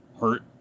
hurt